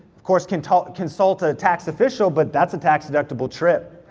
of course consult consult a tax official, but that's a tax deductible trip.